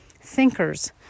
thinkers